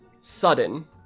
sudden